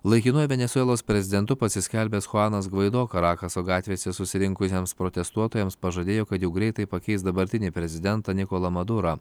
laikinuoju venesuelos prezidentu pasiskelbęs chuanas gvaido karakaso gatvėse susirinkusiems protestuotojams pažadėjo kad jau greitai pakeis dabartinį prezidentą nikolą madura